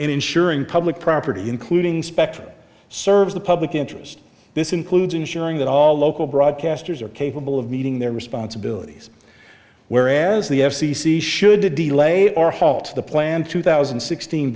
and ensuring public property including spectrum serves the public interest this includes ensuring that all local broadcasters are capable of meeting their responsibilities whereas the f c c should to delay or halt the planned two thousand and sixteen